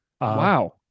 Wow